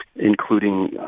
including